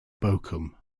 bochum